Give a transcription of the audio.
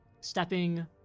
stepping